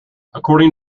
according